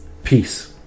Peace